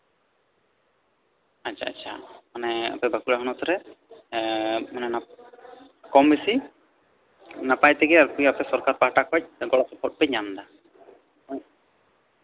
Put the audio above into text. ᱟᱪᱪᱷᱟ ᱟᱯᱮ ᱵᱟᱸᱠᱩᱲᱟ ᱦᱚᱱᱚᱛᱨᱮ ᱚᱱᱮ ᱚᱱᱟ ᱠᱚᱢ ᱵᱮᱥᱤ ᱱᱟᱯᱟᱭ ᱛᱮᱜᱮ ᱥᱚᱨᱠᱟᱨ ᱯᱟᱦᱴᱟ ᱠᱷᱚᱡ ᱜᱚᱲᱚ ᱥᱚᱯᱚᱦᱚᱫ ᱯᱮ ᱧᱟᱢᱫᱟ